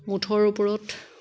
মুঠৰ ওপৰত